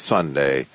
Sunday